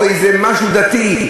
או משהו דתי,